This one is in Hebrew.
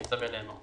אני מצווה לאמור: